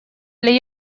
для